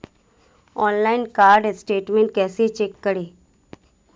Online card statement कैसे check करें?